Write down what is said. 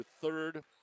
third